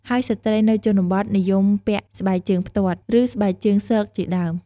ហើយស្រ្តីនៅជនបទនិយមពាក់ស្បែកជើងផ្ទាត់ ឬស្បែកជើងស៊កជាដើម។